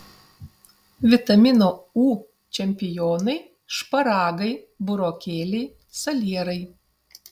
vitamino u čempionai šparagai burokėliai salierai